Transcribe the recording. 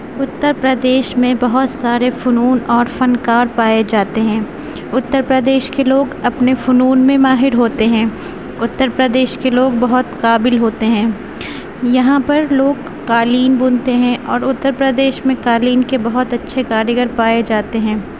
اتر پردیش میں بہت سارے فنون اور فنکار پائے جاتے ہیں اتر پردیش کے لوگ اپنے فنون میں ماہر ہوتے ہیں اتر پردیش کے لوگ بہت قابل ہوتے ہیں یہاں پر لوگ قالین بنتے ہیں اور اتر پردیش میں قالین کے بہت اچھے کاریگر پائے جاتے ہیں